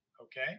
okay